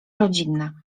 rodzinna